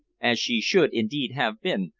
as she should indeed have been,